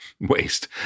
waste